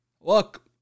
Look